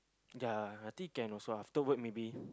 ya I think can also after work maybe